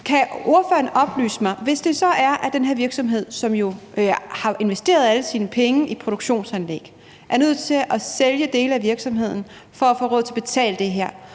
for de forslag. Hvis det så er, at den her virksomhed, som jo har investeret alle sine penge i produktionsanlæg, er nødt til at sælge dele af virksomheden for at få råd til at betale det her,